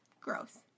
Gross